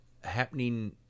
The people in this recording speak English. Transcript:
happening